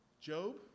Job